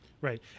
right